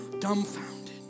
Dumbfounded